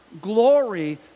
glory